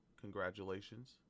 Congratulations